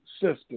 system